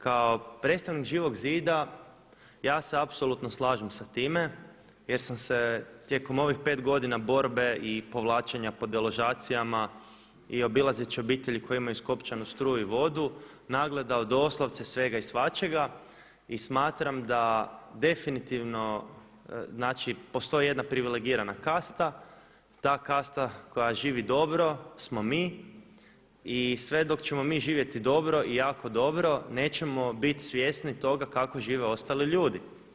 Kao predstavnik Živog zida ja se apsolutno slažem sa time jer sam se tijekom ovih pet godina borbe i povlačenja po deložacijama i obilazeći obitelji koje imaju iskopčanu struju i vodu nagledao doslovce svega i svačega i smatram da definitivno postoji jedna privilegirana kasta, ta kasta koja živi dobro smo mi i sve dok ćemo mi živjeti dobro i jako dobro nećemo biti svjesni toga kako žive ostali ljudi.